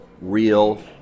real